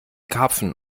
karpfen